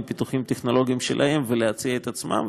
פיתוחים טכנולוגיים שלהן ולהציע את עצמן,